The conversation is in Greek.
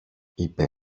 είπε